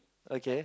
okay